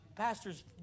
Pastor's